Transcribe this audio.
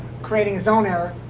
creating his own error.